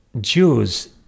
Jews